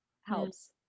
helps